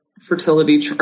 fertility